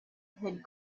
had